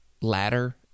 ladder